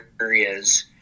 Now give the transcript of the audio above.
areas